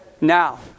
Now